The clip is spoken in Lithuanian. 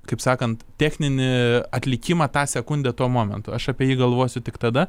kaip sakant techninį atlikimą tą sekundę tuo momentu aš apie jį galvosiu tik tada